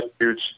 huge